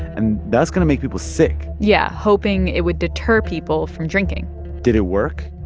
and that's going to make people sick yeah, hoping it would deter people from drinking did it work?